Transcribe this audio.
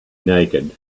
naked